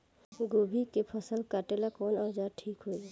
गोभी के फसल काटेला कवन औजार ठीक होई?